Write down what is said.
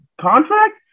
contract